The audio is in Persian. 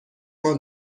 ماه